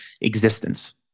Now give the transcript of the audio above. existence